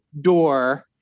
door